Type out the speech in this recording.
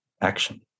action